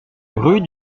rue